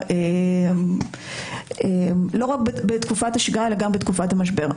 השגרה, אלא גם בתקופת המשבר.